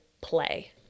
play